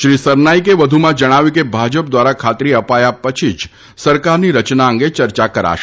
શ્રી સરનાઇકે વધુમાં જણાવ્યું કે ભાજપ દ્વારા ખાતરી અપાયા પછી જ સરકારની રચના અંગે ચર્ચા કરાશે